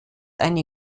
eine